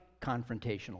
confrontational